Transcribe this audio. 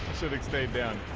city's day down